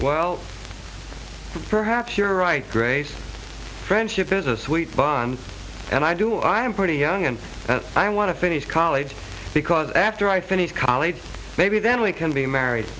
well perhaps you're right great friendship is a sweet bond and i do i'm pretty young and i want to finish college because after i finish college maybe then we can be married